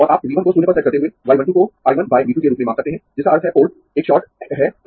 और आप V 1 को शून्य पर सेट करते हुए y 1 2 को I 1 बाय V 2 के रूप में माप सकते है जिसका अर्थ है पोर्ट एक शॉर्ट है पर